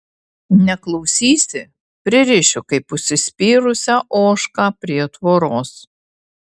neklausysi pririšiu kaip užsispyrusią ožką prie tvoros